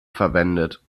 verwendet